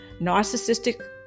Narcissistic